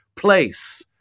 Place